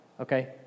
okay